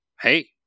Hey